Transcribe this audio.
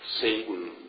Satan